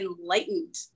enlightened